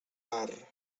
mar